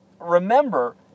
remember